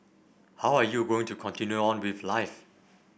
how are you going to continue on with life